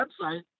website